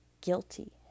guilty